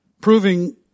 proving